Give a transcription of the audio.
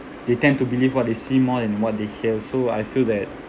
they tend to believe what they see more than what they hear so I feel that